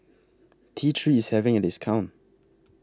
T three IS having A discount